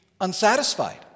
unsatisfied